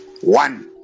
One